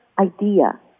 idea